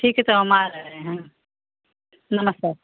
ठीक है तो हम आ रहे हैं नमस्कार